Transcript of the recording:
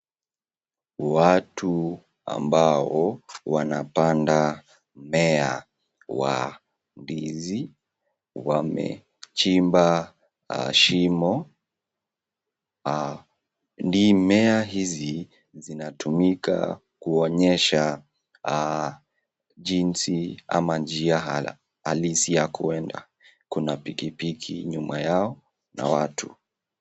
Watu ambao wanapanda mmea wa ndizi wamechimba shimo. Ni mmea hizi zinatumika kuonyesha jinsi ama njia halisi ya kuenda. Kuna pikipiki nyuma yao na watu.